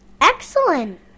Excellent